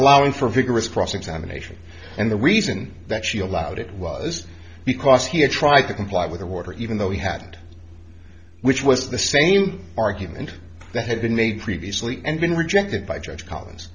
allowing for a vigorous cross examination and the reason that she allowed it was because he had tried to comply with the water even though he had which was the same argument that had been made previously and been rejected by judge collins